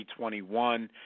2021